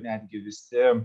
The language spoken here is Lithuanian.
netgi visi